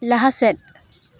ᱞᱟᱦᱟᱥᱮᱫ